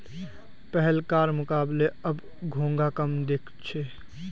पहलकार मुकबले अब घोंघा कम दख छि